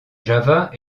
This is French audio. java